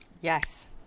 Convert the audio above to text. Yes